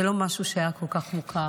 זה לא משהו שהיה כל כך מוכר.